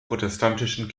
protestantischen